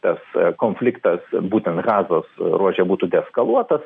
tas konfliktas būtent gazos ruože būtų deeskaluotas